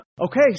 Okay